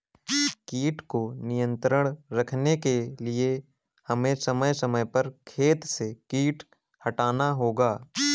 कीट को नियंत्रण रखने के लिए हमें समय समय पर खेत से कीट हटाना होगा